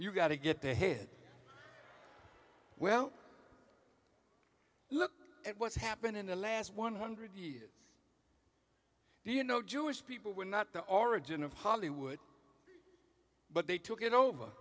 you gotta get the head well look at what's happened in the last one hundred years you know jewish people were not the origin of hollywood but they took it over